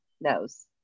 knows